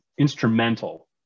Instrumental